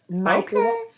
Okay